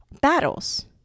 battles